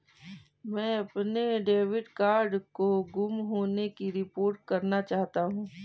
मैं अपने debit card के गुम होने की रिपोर्ट करना चाहता हूँ